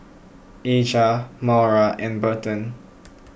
Aja Maura and Berton